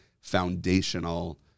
foundational